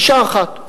אשה אחת,